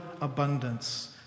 abundance